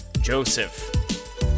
Joseph